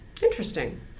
Interesting